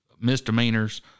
misdemeanors